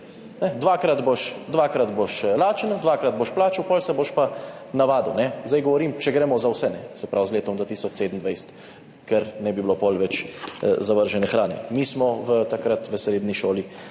Dvakrat boš lačen, dvakrat boš plačal, potem se boš pa navadil, kajne. Zdaj govorim, če gremo za vse, se pravi z letom do 2027, ker potem ne bi bilo več zavržene hrane. Mi smo takrat v srednji šoli